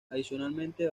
adicionalmente